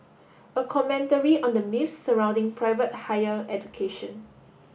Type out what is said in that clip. a commentary on the myths surrounding private higher education